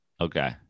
Okay